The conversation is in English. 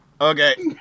Okay